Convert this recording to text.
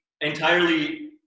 entirely